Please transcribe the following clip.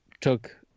took